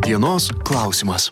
dienos klausimas